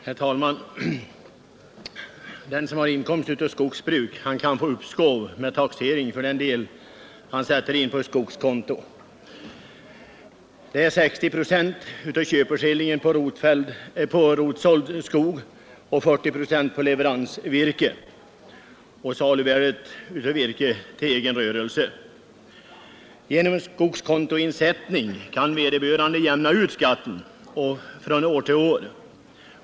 Herr talman! Den som har inkomst av skogsbruk kan få uppskov med taxering för den del som han sätter in på skogskonto, 60 procent av köpeskillingen för rotsåld skog, 40 procent av köpeskillingen för leveransvirke och av saluvärdet av virke till egen rörelse. Genom skogskontoinsättning kan vederbörande jämna ut skatten från år till år.